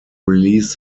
release